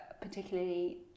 particularly